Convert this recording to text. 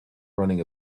running